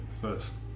first